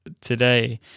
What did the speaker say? today